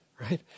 Right